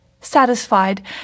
Satisfied